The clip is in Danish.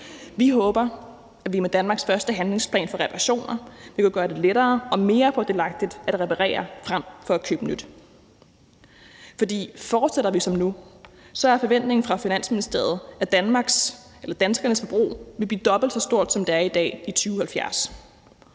Vi håber, at vi med Danmarks første handlingsplan for reparationer vil gøre det lettere og mere fordelagtigt at reparere frem for at købe nyt, for fortsætter vi som nu, er forventningen fra Finansministeriet, at danskernes forbrug vil blive dobbelt så stort, som det er i dag, i 2070.